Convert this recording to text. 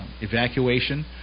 evacuation